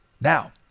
Now